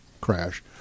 crash